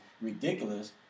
ridiculous